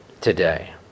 today